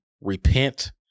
repent